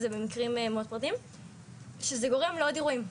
זה במקרים מאוד רבים שזה גורם לעוד אירועים.